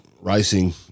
racing